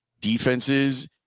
defenses